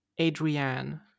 Adrienne